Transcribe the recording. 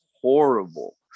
horrible